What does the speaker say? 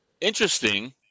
Interesting